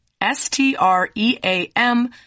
S-T-R-E-A-M